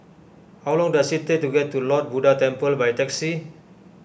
how long does it take to get to Lord Buddha Temple by taxi